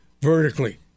vertically